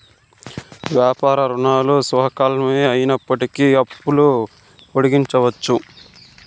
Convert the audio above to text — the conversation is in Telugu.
వ్యాపార రుణాలు స్వల్పకాలికమే అయినప్పటికీ అప్పులు పొడిగించవచ్చు